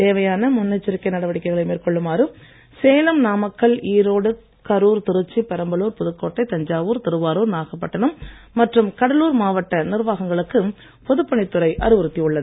தேவையான முன்னெச்சரிக்கை நடவடிக்கைகளை மேற்கொள்ளுமாறு சேலம் நாமக்கல் ஈரோடு கருர் திருச்சி பெரம்பலூர் புதுக்கோட்டை தஞ்சாவூர் திருவாருர் நாகப்பட்டிணம் மற்றும் கடலூர் மாவட்ட நிர்வாகங்களுக்கு பொதுப் பணித்துறை அறிவுறுத்தி உள்ளது